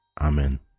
Amen